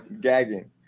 gagging